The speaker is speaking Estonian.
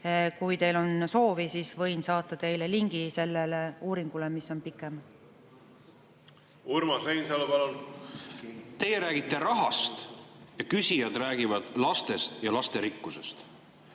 Kui teil on soovi, siis võin saata teile lingi sellele uuringule, mis on pikem. Urmas Reinsalu, palun! Urmas Reinsalu, palun! Teie räägite rahast ja küsijad räägivad lastest ja lasterikkusest.